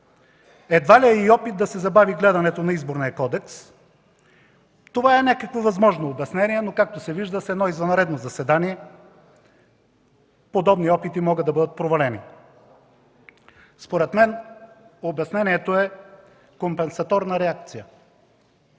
Едва ли е и опит да се забави гледането на Изборния кодекс. Това е някакво възможно обяснение, но, както се вижда, с едно извънредно заседание подобни опити могат да бъдат провалени. Според мен обяснението е компесаторна реакция